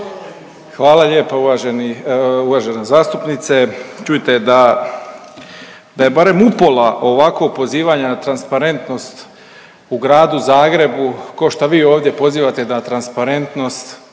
Hvala lijepa uvaženi, uvažena zastupnice. Čujte da, da je barem upola ovako pozivanje na transparentnost u Gradu Zagrebu ko šta vi ovdje pozivate na transparentnost